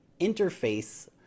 interface